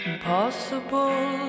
Impossible